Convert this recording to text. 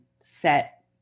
set